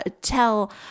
tell